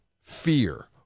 Fear